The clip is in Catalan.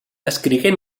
escrigué